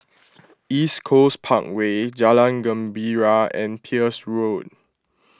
East Coast Parkway Jalan Gembira and Peirce Road